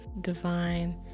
divine